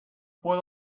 puedo